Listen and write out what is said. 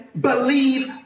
believe